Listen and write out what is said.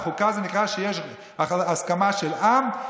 חוקה זה כשיש הסכמה של עם,